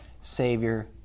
Savior